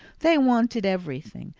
they wanted everything.